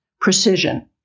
precision